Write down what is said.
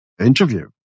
interview